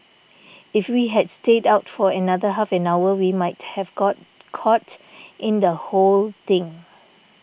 if we had stayed out for another half an hour we might have got caught in the whole thing